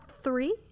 three